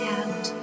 out